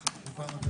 הצבעה בעד מיעוט נגד